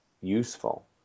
useful